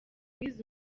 wize